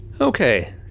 Okay